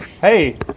Hey